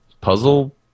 puzzle